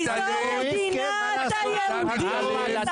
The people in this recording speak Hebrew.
לימור סון הר מלך (עוצמה יהודית): כי זו מדינת היהודים.